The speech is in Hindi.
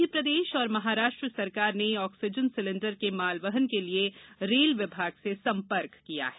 मध्यप्रदेश और महाराष्ट्र सरकार ने ऑक्सीजन सिलेंडर के मालवहन के लिए रेल विभाग से संपर्क किया है